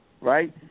right